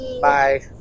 Bye